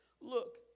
Look